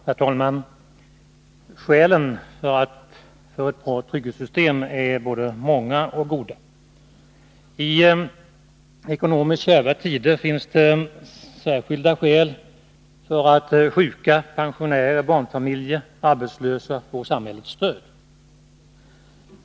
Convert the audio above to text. Herr talman! Skälen för ett bra trygghetssystem är både många och goda. I ekonomiskt kärva tider finns det särskilt starka skäl för att sjuka, pensionärer, barnfamiljer och arbetslösa får samhällets stöd.